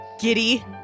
Giddy